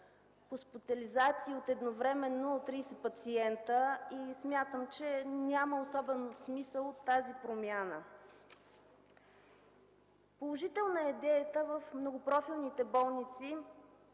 хоспитализации едновременно на 30 пациента. Смятам, че няма особен смисъл от тази промяна. Положителна е идеята в многопрофилните и